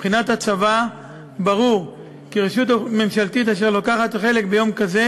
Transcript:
מבחינת הצבא ברור כי רשות ממשלתית אשר לוקחת חלק ביום כזה